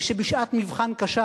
ושבשעת מבחן קשה,